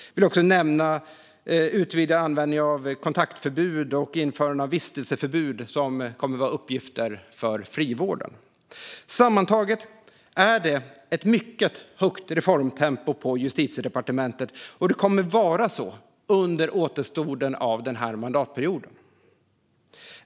Jag vill också nämna en utvidgad användning av kontaktförbud och införande av vistelseförbud, som kommer att vara uppgifter för frivården Sammantaget är det ett mycket högt reformtempo på Justitiedepartementet, och det kommer att vara så under återstoden av mandatperioden.